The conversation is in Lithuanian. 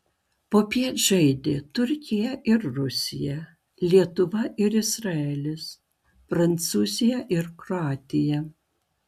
popiet žaidė turkija ir rusija lietuva ir izraelis prancūzija ir kroatija